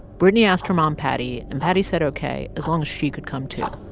brittany asked her mom patty, and patty said ok as long as she could come, too.